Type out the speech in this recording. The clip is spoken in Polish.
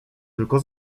tylko